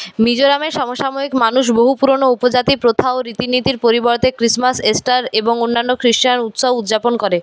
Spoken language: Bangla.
মিজোরামের সমসাময়িক মানুষ বহু পুরনো উপজাতি প্রথা ও রীতিনীতির পরিবর্তে ক্রিসমাস ইস্টার এবং অন্যান্য খ্রিস্টান উৎসব উদযাপন করে